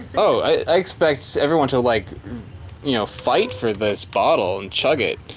i expect everyone to like you know fight for this bottle and chug it